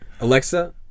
Alexa